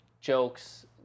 jokes